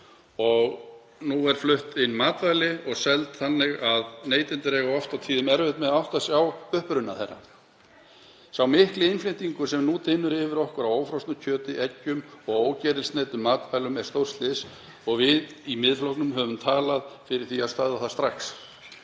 Nú eru flutt inn matvæli og seld þannig að neytendur eiga oft og tíðum erfitt með að átta sig á uppruna þeirra. Sá mikli innflutningur sem nú dynur yfir okkur á ófrosnu kjöti, eggjum og ógerilsneyddum matvælum, er stórslys og við í Miðflokknum höfum talað fyrir því að stöðva það strax.